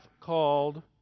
called